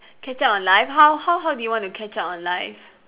catch up on life how how how do you want to catch up on life